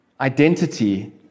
identity